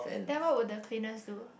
then what would the cleaners do